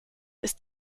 ist